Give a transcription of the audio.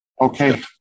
Okay